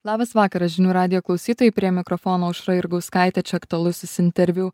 labas vakaras žinių radijo klausytojai prie mikrofono aušra jurgauskaitė čia aktualusis interviu